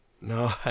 No